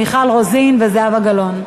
מיכל רוזין וזהבה גלאון.